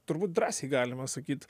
turbūt drąsiai galima sakyt